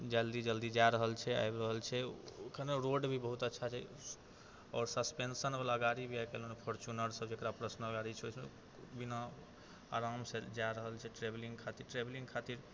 जल्दी जल्दी जा रहल छै आबि रहल छै कने रोड भी बहुत अच्छा छै आओर सस्पेन्शनवला गाड़ी भी आइ काल्हि मने फोर्च्युनरसब जकरा पर्सनल गाड़ी छै बिना आरामसँ जा रहल छै ट्रैवलिङ्ग खातिर